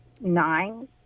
nine